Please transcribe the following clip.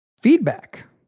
feedback